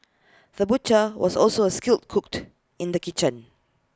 the butcher was also A skilled cook in the kitchen